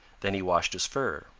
then he washed his fur.